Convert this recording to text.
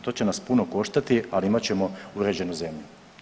To će nas puno koštati, ali imat ćemo uređenu zemlju.